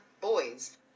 boys